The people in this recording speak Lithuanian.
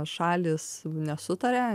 šalys nesutaria